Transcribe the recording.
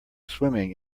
swimming